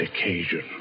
occasion